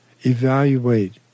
Evaluate